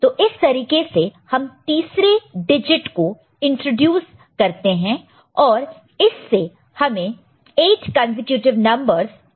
तो इस तरीके से हम तीसरे डिजिट को इंट्रोड्यूस करते हैं और इससे हमें 8 कंसेक्युटिव नंबरस मिलेंगे